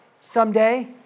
someday